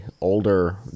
older